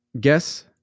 Guess